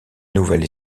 nouvelle